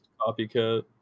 copycat